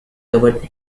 towards